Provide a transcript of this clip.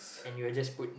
and you will just put